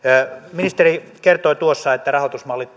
ministeri kertoi tuossa että rahoitusmallit